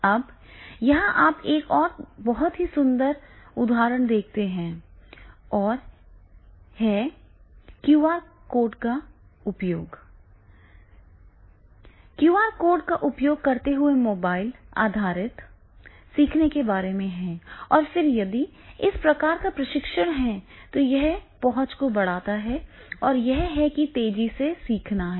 अब यहाँ आप एक और बहुत ही सुंदर उदाहरण देखते हैं और यह क्यूआर कोड का उपयोग करते हुए मोबाइल आधारित सीखने के बारे में है और फिर यदि इस प्रकार का प्रशिक्षण है तो यह पहुंच को बढ़ाता है और यह है और तेजी से सीखना है